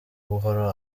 buhoro